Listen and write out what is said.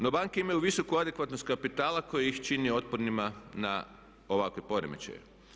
No banke imaju visoku adekvatnost kapitala koji ih čini otpornima na ovakve poremećaje.